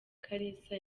kalisa